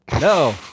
No